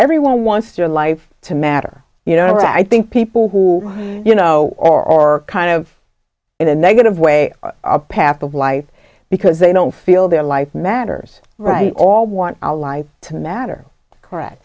everyone wants your life to matter you know i think people who you know or kind of in a negative way a path of life because they don't feel their life matters right all want our lives to matter correct